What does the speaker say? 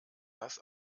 das